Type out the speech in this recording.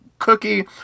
cookie